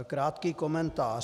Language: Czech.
Krátký komentář.